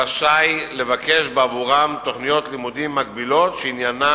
רשאי לבקש עבורם תוכניות לימודים מקבילות שעניינן